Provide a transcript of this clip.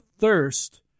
thirst